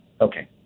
Okay